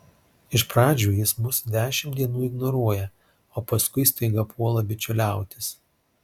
iš pradžių jis mus dešimt dienų ignoruoja o paskui staiga puola bičiuliautis